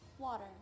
Water